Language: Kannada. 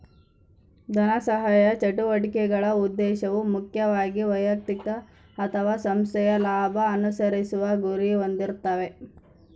ಧನಸಹಾಯ ಚಟುವಟಿಕೆಗಳ ಉದ್ದೇಶವು ಮುಖ್ಯವಾಗಿ ವೈಯಕ್ತಿಕ ಅಥವಾ ಸಂಸ್ಥೆಯ ಲಾಭ ಅನುಸರಿಸುವ ಗುರಿ ಹೊಂದಿರ್ತಾವೆ